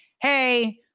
hey